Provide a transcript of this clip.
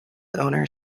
owner